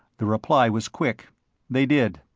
the reply was quick they did.